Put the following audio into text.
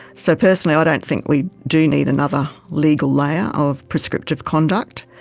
so personally i don't think we do need another legal layer of prescriptive conduct.